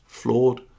flawed